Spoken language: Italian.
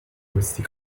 questi